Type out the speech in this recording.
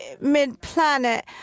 mid-planet